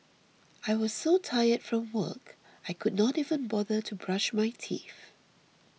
I was so tired from work I could not even bother to brush my teeth